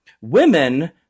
Women